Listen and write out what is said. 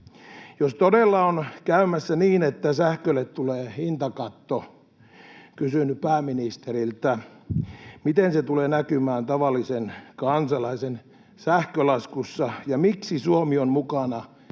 jos todella on käymässä niin, että sähkölle tulee hintakatto, miten se tulee näkymään tavallisen kansalaisen sähkölaskussa, ja miksi Suomi on mukana